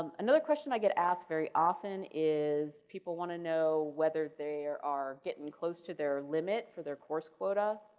um another question i get ask very often is people want to know whether they are are getting close to their limit for their course quota,